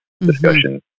discussion